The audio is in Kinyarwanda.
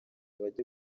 bajye